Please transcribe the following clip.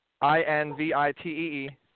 I-N-V-I-T-E-E